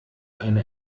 eine